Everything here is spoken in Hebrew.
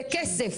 בכסף,